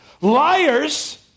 Liars